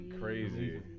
crazy